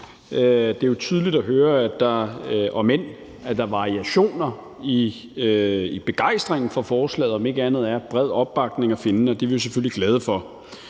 Det er jo tydeligt at høre, om end der er variationer i begejstringen for forslaget, at der om ikke andet er bred opbakning at finde, og det er vi selvfølgelig glade for.